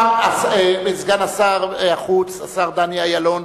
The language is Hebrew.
סגן שר החוץ, השר דני אילון,